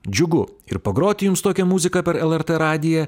džiugu ir pagroti jums tokią muziką per lrt radiją